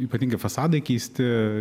ypatingi fasadai keisti